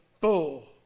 full